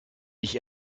ich